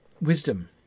wisdom